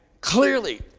clearly